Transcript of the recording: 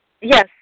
Yes